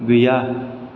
गैया